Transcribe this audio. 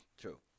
True